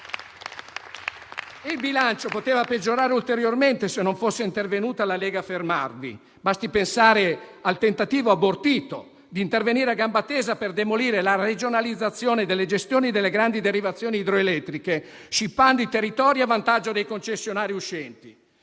Il bilancio poteva peggiorare ulteriormente se non fosse intervenuta la Lega a fermarvi. Basti pensare al tentativo abortito di intervenire a gamba tesa per demolire la regionalizzazione delle gestioni delle grandi derivazioni idroelettriche, scippando i territori a vantaggio dei concessionari uscenti;